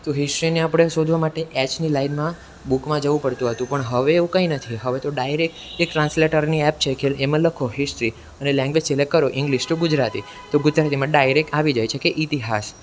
તો હિસ્ટ્રીને આપણે શોધવા માટે એચની લાઇનમાં બુકમાં જવું પડતું હતું પણ હવે એવું કાંઇ નથી હવે તો ડાયરેક એક ટ્રાન્સલેટરની એપ છે એમાં લખો હિસ્ટ્રી અને લેંગ્વેજ સિલેકટ કરો ઇંગ્લિશ ટુ ગુજરાતી તો ગુજરાતીમાં ડાયરેક આવી જાય છે કે ઇતિહાસ